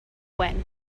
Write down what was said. when